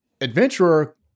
adventurer